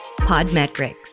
Podmetrics